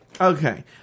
Okay